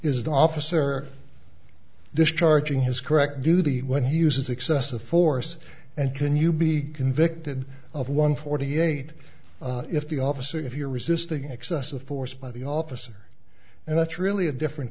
is the officer discharging his correct duty when he uses excessive force and can you be convicted of one forty eight if the officer if you're resisting excessive force by the officer and that's really a different